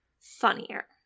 funnier